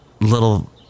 little